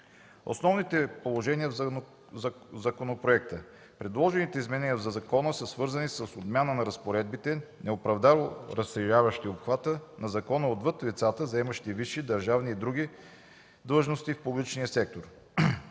Основни положения в законопроекта. Предложените изменения в Закона са свързани с отмяна на разпоредбите, неоправдано разширяващи обхвата на закона отвъд лицата, заемащи висши държавни и други длъжности в публичния сектор.